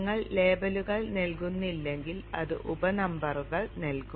നിങ്ങൾ ലേബലുകൾ നൽകുന്നില്ലെങ്കിൽ അത് ഉപ നമ്പറുകൾ നൽകും